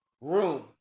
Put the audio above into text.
room